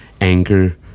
anger